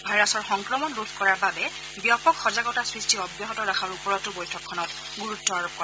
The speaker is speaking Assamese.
ভাইৰাছৰ সংক্ৰমণ ৰোধ কৰাৰ বাবে ব্যাপক সজাগতা সৃষ্টি অব্যাহত ৰখাৰ ওপৰতো তেওঁ গুৰুত্ব দিয়ে